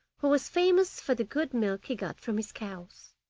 who was famous for the good milk he got from his cows.